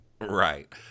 Right